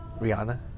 Rihanna